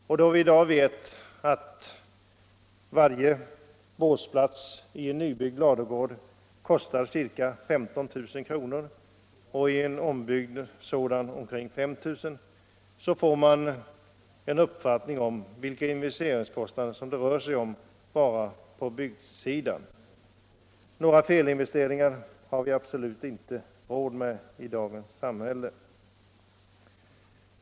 Om man vet att i dag varje båsplats i en nybyggd ladugård kostar ca 15 000 kr. och i en ombyggnad ca 5 000 kr., så får man en uppfattning om vilka investeringskostnader det rör sig om, bara på byggsidan. Några felinvesteringar har vi absolut inte råd med i dagens samhälle.